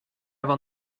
will